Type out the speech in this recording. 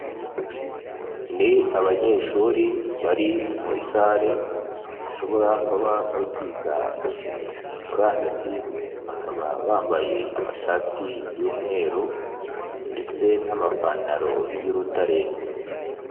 Ni abanyeshuri bari muri sare, bashobora kuba bari kwiga murandasi, bakaba bambaye amashati y'umweru ndetse n'amapantaro y'urutare.